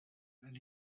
and